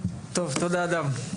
טוב, תודה הדר.